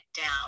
down